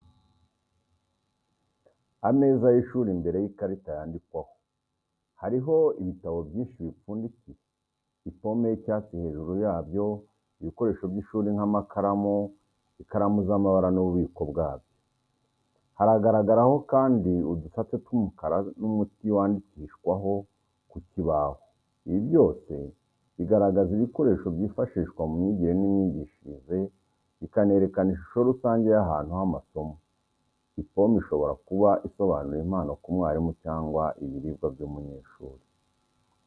Ameza y’ishuri imbere y’ikarita yandikwaho . Hariho ibitabo byinshi bipfundikiye, ipome y’icyatsi hejuru yabyo, ibikoresho by’ishuri nk’amakaramu, ikaramu z’amabara n’ububiko bwabyo. Haragaragaraho kandi udusate tw'umukara n'umuti wandikishwaho ku kibaho. Ibi byose bigaragaza ibikoresho byifashishwa mu myigire n’imyigishirize, bikanerekana ishusho rusange y’ahantu h’amasomo. Ipome ishobora kuba isobanura impano ku mwarimu cyangwa ibiribwa by’umunyeshuri.